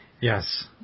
Yes